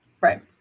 Right